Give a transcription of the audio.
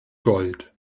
gold